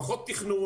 לפחות תכנון.